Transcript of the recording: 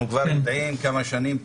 אנחנו כבר מתדיינים כמה שנים טובות.